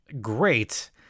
great